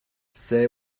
say